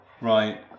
Right